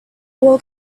war